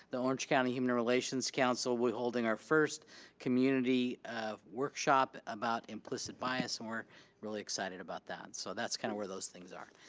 the orange county human relations council, we're holding our first community workshop about implicit bias and we're really excited about that. so that's kind of where those things are.